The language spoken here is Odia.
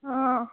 ହଁ